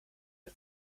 der